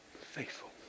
Faithful